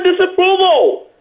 disapproval